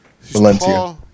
Valencia